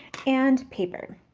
and paper.